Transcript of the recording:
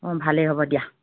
অ ভালেই হ'ব দিয়া